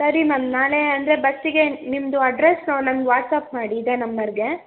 ಸರಿ ಮ್ಯಾಮ್ ನಾಳೆ ಅಂದರೆ ಬಸ್ಸಿಗೆ ನಿಮ್ಮದು ಅಡ್ರಸ್ಸು ನಂಗೆ ವಾಟ್ಸ್ಆ್ಯಪ್ ಮಾಡಿ ಇದೇ ನಂಬರ್ಗೆ